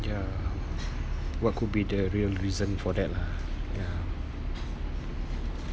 ya what could be the real reason for that lah ya